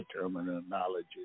terminology